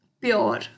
pure